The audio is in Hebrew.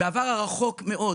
בעבר הרחוק מאוד,